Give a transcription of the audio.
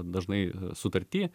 dažnai sutarty